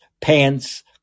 pants